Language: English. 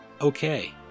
Okay